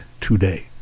today